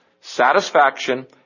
satisfaction